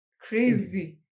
Crazy